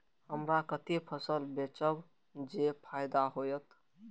हमरा कते फसल बेचब जे फायदा होयत?